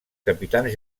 capitans